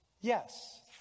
Yes